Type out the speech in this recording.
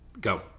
Go